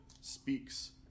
speaks